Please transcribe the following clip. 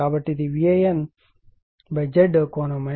కాబట్టి ఇది VAN Z ∠ అవుతుంది ఇది Ia